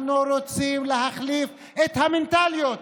אנחנו רוצים להחליף את המנטליות,